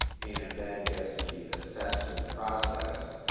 and then gets to the assessment process.